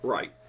Right